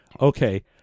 okay